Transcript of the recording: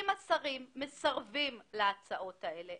אם השרים מסרבים להצעות האלו,